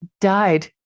died